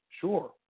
Sure